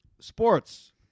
Sports